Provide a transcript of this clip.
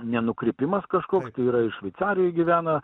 nenukrypimas kažkoks tai yra ir šveicarijoj gyvena